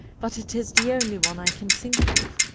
but it is the only one i can think of.